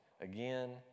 again